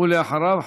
ואחריו,